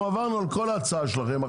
אנחנו עברנו על כל ההצעה שלכם,